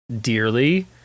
dearly